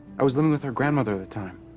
i was living with our grandmother at the time.